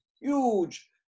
huge